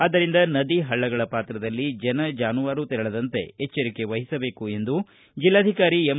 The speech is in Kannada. ಆದರಿಂದ ನದಿ ಹಳ್ಳಗಳ ಪಾತ್ರದಲ್ಲಿ ಜನ ಜಾನುವಾರು ತೆರಳದಂತೆ ಎಚ್ವರಿಕೆ ವಹಿಸಬೇಕು ಎಂದು ಜಿಲ್ಲಾಧಿಕಾರಿ ಎಂ